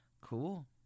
Cool